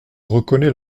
reconnais